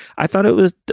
i thought it was